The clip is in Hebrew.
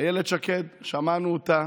אילת שקד, שמענו אותה